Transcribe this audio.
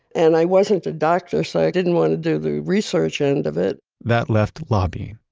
and i wasn't a doctor, so i didn't want to do the research end of it that left lobbying.